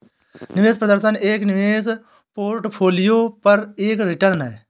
निवेश प्रदर्शन एक निवेश पोर्टफोलियो पर एक रिटर्न है